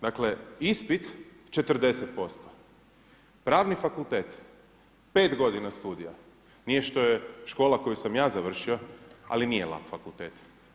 Dakle, ispit 40%, pravni fakultet, 5 godina studija, nije što je škola koju sam ja završio, ali nije lak fakultet.